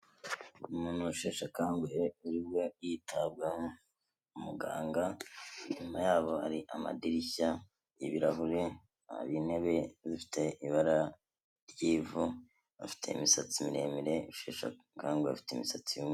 Umuntu ushesha akanguhe urimo yitabwaho n' umuganga inyuma yabo hari amadirishya y'ibirahure intebe zifite ibara ry'ivu bafite imisatsi miremire. ushesha akanguhe afite imisatsi .